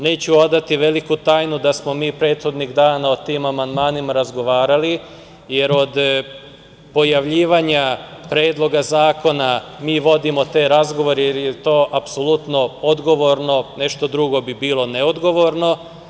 Neću odati veliku tajnu da smo mi prethodnih dana o tim amandmanima razgovarali, jer od pojavljivanja Predloga zakona mi vodimo te razgovore jer je to apsolutno odgovorno, nešto drugo bi bilo neodgovorno.